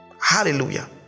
Hallelujah